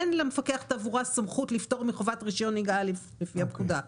אין למפקח התעבורה סמכות לפטור מחובת רישיון נהיגה א' לפי הפקודה.